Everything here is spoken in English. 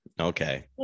Okay